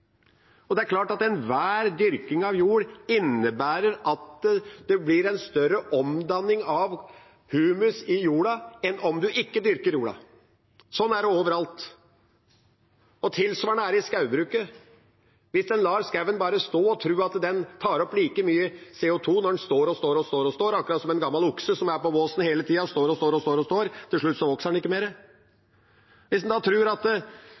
Det er klart at enhver dyrking av jord innebærer at det blir en større omdanning av humus i jorda enn om en ikke dyrker jorda. Sånn er det overalt. Det er tilsvarende i skogbruket. Hvis en bare lar skogen stå og tror at den tar opp like mye CO2 når den står og står og står – akkurat som en gammel okse som er i båsen hele tida, og som til slutt ikke vokser mer – og tror at en kan fortsette med det, fordi en